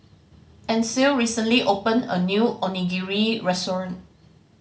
Ancil recently opened a new Onigiri Restaurant